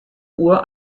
uhr